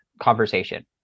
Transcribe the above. conversation